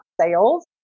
sales